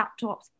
laptops